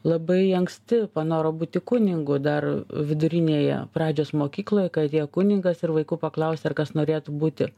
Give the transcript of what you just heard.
labai anksti panoro būti kunigu dar vidurinėje pradžios mokykloj kai atėjo kunigas ir vaikų paklausė ar kas norėtų būti